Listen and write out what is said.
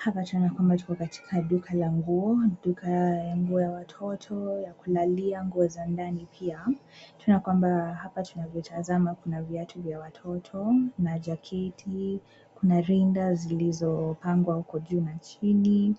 Hapa tunaona kwamba tuko katika duka la nguo, duka ya nguo ya watoto ya kulalia nguo za ndani pia, tunaona kwamba hapa tunavyotazama kuna viatu vya watoto na jaketi, kuna rinda zilizopangwa huko juu na chini,